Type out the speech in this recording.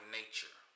nature